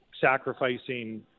sacrificing